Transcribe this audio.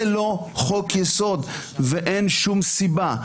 זה לא חוק יסוד ואין שום סיבה,